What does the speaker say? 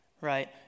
right